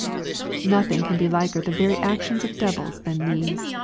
nothing can be liker the very actions of devils than these.